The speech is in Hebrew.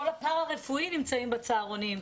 כל הפרא רפואי נמצאים בצהרונים,